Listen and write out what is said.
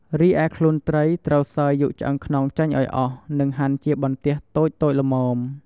រីឯខ្លួនត្រីត្រូវសើយយកឆ្អឹងខ្នងចេញឲ្យអស់ និងហាន់ជាបន្ទះតូចៗល្មម។